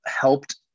helped